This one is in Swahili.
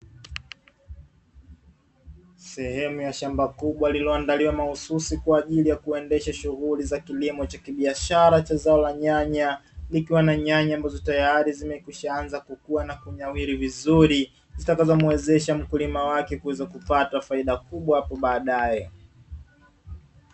Sehemu ya shamba kubwa liloandaliwa mahususi kwa ajili ya kuendesha shughuli za kilimo cha kibiashara cha zao la nyanya, likiwa na nyanya ambazo tayari zimekwisha anza kukua na kunawiri vizuri, zitakazomwezesha mkulima wake kuweza kupata faida kubwa hapo baadaye.